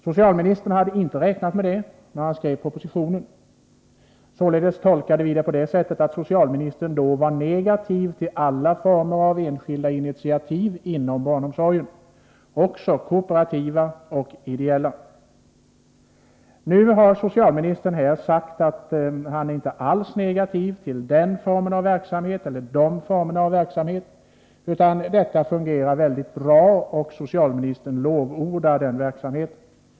Socialministern hade inte räknat med det när han skrev propositionen. Vi tolkade detta på det sättet att socialministern var negativ till alla former av enskilda initiativ inom barnomsorgen, också kooperativa och ideella. Nu har socialministern här sagt att han inte alls är negativ till de formerna av verksamhet. Socialministern lovordar dem och säger att de fungerar mycket bra.